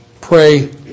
Pray